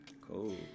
Cool